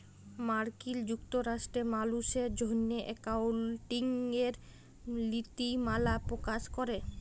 মার্কিল যুক্তরাষ্ট্রে মালুসের জ্যনহে একাউল্টিংয়ের লিতিমালা পকাশ ক্যরে